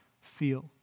feel